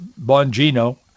Bongino